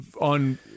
on